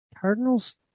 Cardinals